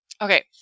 Okay